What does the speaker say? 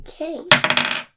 Okay